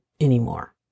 anymore